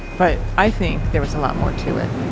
but i think there was a lot more to it